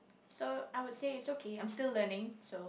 so I would say it's okay I'm still learning so